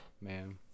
man